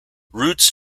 roots